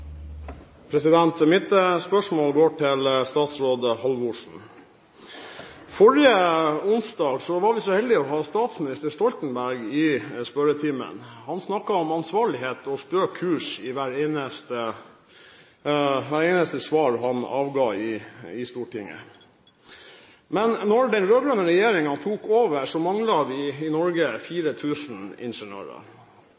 Lien. Mitt spørsmål går til statsråd Halvorsen. Forrige onsdag var vi så heldige å ha statsminister Stoltenberg i spørretimen. Han snakket om ansvarlighet og stø kurs i hvert eneste svar han ga i Stortinget. Da den rød-grønne regjeringen tok over, manglet vi i Norge